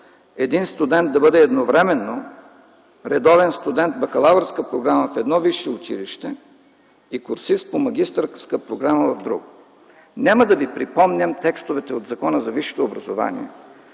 един студент да бъде едновременно редовен студент бакалавърска програма в едно висше училище и курсист по магистърска програма в друго. Няма да ви припомням текстовете от Закона за висшето образование,